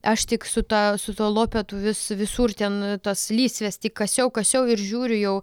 aš tik su ta su tuo lopetu vis visur ten tas lysves tik kasiau kasiau ir žiūriu jau